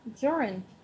Joran